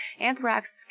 Anthrax